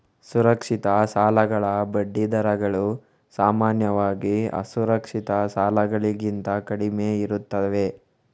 ಸುರಕ್ಷಿತ ಸಾಲಗಳ ಬಡ್ಡಿ ದರಗಳು ಸಾಮಾನ್ಯವಾಗಿ ಅಸುರಕ್ಷಿತ ಸಾಲಗಳಿಗಿಂತ ಕಡಿಮೆಯಿರುತ್ತವೆ